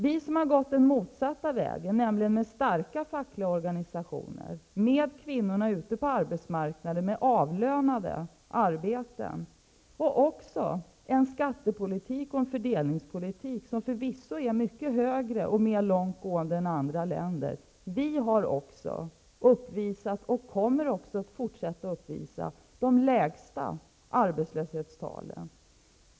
Vi som har gått den motsatta vägen, nämligen med starka fackliga organisationer, med kvinnorna ute på arbetsmarknaden där de har avlönade arbeten, och med en skattepolitik och en fördelningspolitik som förvisso är mycket mer långtgående än andra länders, vi har uppvisat -- och kommer också att fortsätta att uppvisa -- de lägsta arbetslöshetstalen.